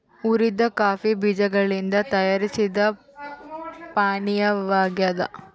ಹುರಿದ ಕಾಫಿ ಬೀಜಗಳಿಂದ ತಯಾರಿಸಿದ ಪಾನೀಯವಾಗ್ಯದ